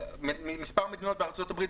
ממספר מדינות בארצות הברית,